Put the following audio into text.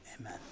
Amen